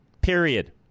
Period